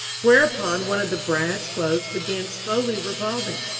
whereupon one of the brass globes began slowly revolving.